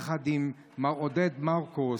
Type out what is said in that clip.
יחד עם מר עודד מרקוס,